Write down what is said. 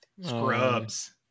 Scrubs